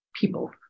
people